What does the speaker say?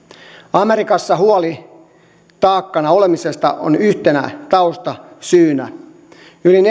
amerikassa huoli taakkana olemisesta on yhtenä taustasyynä yli